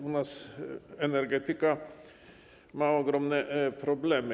U nas energetyka ma ogromne problemy.